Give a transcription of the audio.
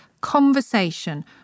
conversation